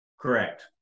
correct